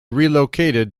relocated